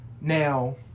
now